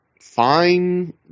fine